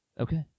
Okay